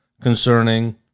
concerning